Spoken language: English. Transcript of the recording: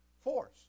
force